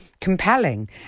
compelling